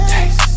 Taste